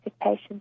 patients